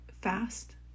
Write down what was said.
fast